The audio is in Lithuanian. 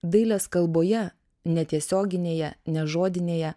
dailės kalboje netiesioginėje nežodinėje